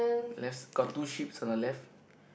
left s~ got two sheeps on the left